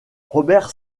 robert